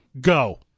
go